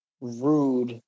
rude